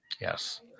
Yes